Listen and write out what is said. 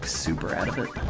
superoniclol